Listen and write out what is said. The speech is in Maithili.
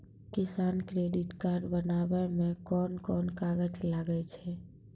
किसान क्रेडिट कार्ड बनाबै मे कोन कोन कागज लागै छै?